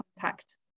contact